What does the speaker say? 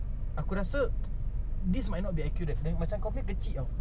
aku rasa this might not be accurate then kau punya macam kecil [tau]